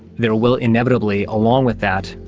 there will inevitably, along with that,